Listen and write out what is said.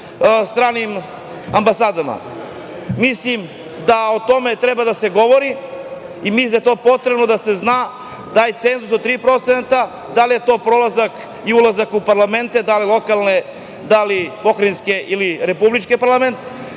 stranim ambasada. Mislim da o tome treba da se govori i mislim da je za to potrebno da se zna, da je cenzus od 3% da li je to prolazak i ulazak u parlamente, da li u lokalne, pokrajinske ili republički parlament,